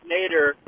Nader